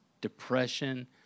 depression